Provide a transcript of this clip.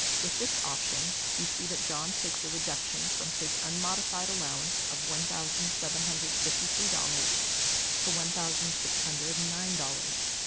with this option, you see that john takes a reduction from his unmodified allowance of one thousand seven hundred and fifty three dollars to one thousand six hundred and nine dollars.